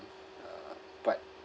uh but